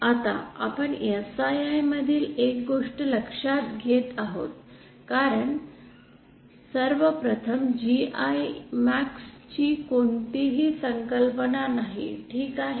आता आपण Sii मधील एक गोष्ट लक्षात घेत आहोत कारण सर्वप्रथम GImax ची कोणतीही संकल्पना नाही ठीक आहे